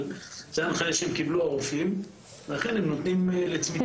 אבל זו ההנחיה שהרופאים קיבלו ואכן הם נותנים לצמיתות.